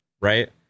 right